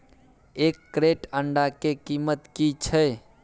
एक क्रेट अंडा के कीमत की छै?